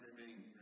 remain